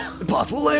Impossible